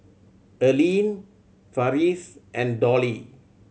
Allene Farris and Dollie